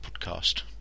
podcast